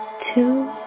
two